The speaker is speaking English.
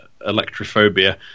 electrophobia